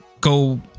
go